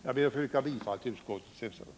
Jag ber att få yrka bifall till utskottets hemställan.